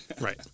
Right